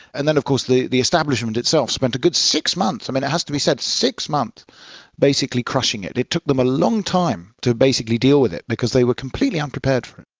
and then of course the the establishment itself spent a good six months, i mean, it has to be said, six months basically crushing it. it took them a long time to basically deal with it because they were completely unprepared for it.